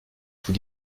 sous